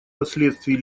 последствий